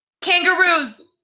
Kangaroos